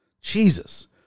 Jesus